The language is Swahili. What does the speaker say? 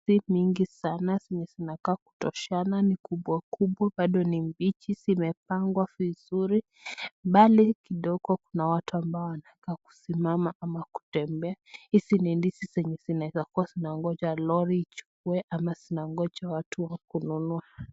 Ndizi mingi sana zenye zinakaa kutoshana, kubwa kubwa bado ni mbichi zimepangwa vizuri, mbali kidogo kuna watu ambao wanakaa kusimama ama kutembea . Hizi ni ndizi zenye zinaweza kuwa zinaongoja lori ichukue ama zinangoja watu wa kununua.